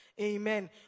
Amen